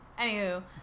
Anywho